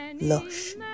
Lush